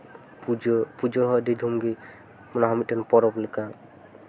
ᱯᱩᱡᱟᱹ ᱯᱩᱡᱟᱹ ᱦᱚᱸ ᱟᱹᱰᱤ ᱫᱷᱩᱢ ᱜᱮ ᱚᱱᱟᱦᱚᱸ ᱢᱤᱫᱴᱮᱱ ᱯᱚᱨᱚᱵᱽ ᱞᱮᱠᱟ